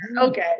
okay